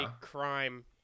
crime